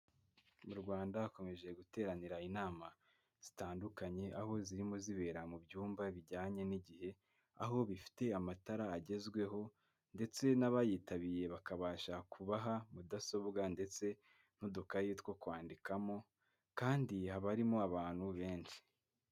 Mu Rwanda hakomeje guteranira inama zitandukanye, aho zirimo zibera mu byumba bijyanye n'igihe, aho bifite amatara agezweho ndetse n'abayitabiye bakabasha kubaha mudasobwa ndetse n'udukayi two kwandikamo kandi haba harimo abantu benshi.